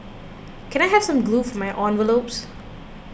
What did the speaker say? can I have some glue for my envelopes